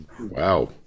Wow